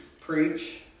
Preach